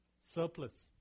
surplus